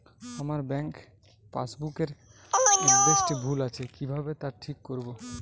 আমার bank passbook এর এড্রেসটি ভুল আছে কিভাবে তা ঠিক করবো?